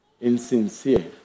insincere